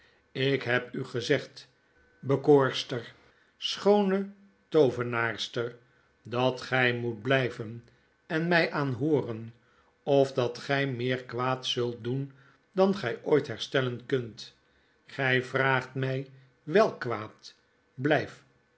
lk heb u gezegd zeldzame bekoorster schoone toovenaarster dat gfl moet blijven en mij aanhooren of dat gg meer kwaad zult doen dan gy ooit herstellen kunt gy vraagt mij welk kwaad bljjf